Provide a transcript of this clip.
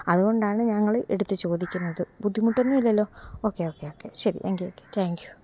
അതുകൊണ്ടാണ് ഞങ്ങൾ എടുത്ത് ചോദിക്കുന്നത് ബുദ്ധിമുട്ടൊന്നും ഇല്ലല്ലോ ഓക്കെ ഓക്കെ ഓക്കെ ശരി താങ്ക് യൂ താങ്ക് യൂ